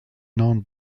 known